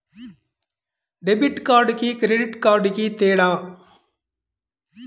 Debit కార్డుకి credit కార్డుకి తేడా?